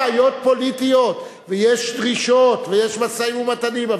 יש בעיות פוליטיות ויש דרישות ויש משאים-ומתנים.